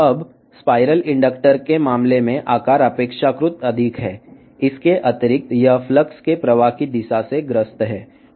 ఇప్పుడు spiral inductor విషయంలో పరిమాణం చాలా ఎక్కువ అంతేకాకుండా ఇవి ఫ్లక్స్ ప్రవాహం యొక్క దిశతో సమస్య ని కలిగి ఉంటాయి